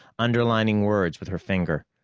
underlining words with her finger.